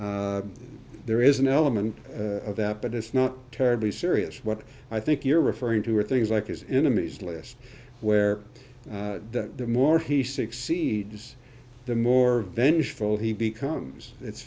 paranoia there is an element of that but it's not terribly serious what i think you're referring to are things like his enemies list where the more he succeeds the more vengeful he becomes it's